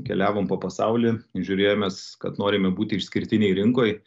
keliavom po pasaulį žiūrėjomės kad norime būti išskirtiniai rinkoj